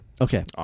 Okay